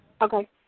Okay